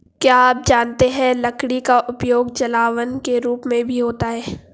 क्या आप जानते है लकड़ी का उपयोग जलावन के रूप में भी होता है?